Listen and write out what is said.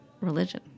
religion